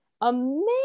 amazing